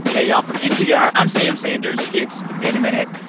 hey, y'all. from npr, i'm sam sanders. it's been a minute.